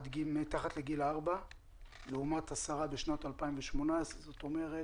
מתחת לגיל ארבע לעומת עשרה בשנת 2018. זאת אומרת,